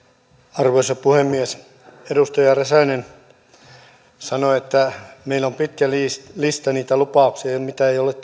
arvoisa puhemies edustaja räsänen sanoi että meillä on pitkä lista niitä lupauksia mitä emme ole